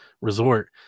Resort